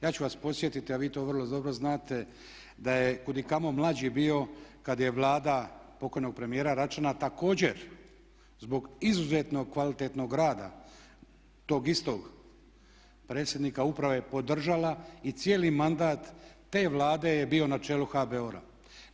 Ja ću vas podsjetiti, a vi to vrlo dobro znate, da je kudikamo mlađi bio kada je Vlada pokojnog premijera Račana također zbog izuzetno kvalitetnog rada tog istog predsjednika uprave podržala i cijeli mandat te Vlade je bio na čelu HBOR-a.